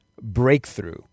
Breakthrough